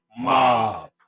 Mob